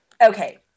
Okay